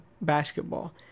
basketball